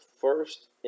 first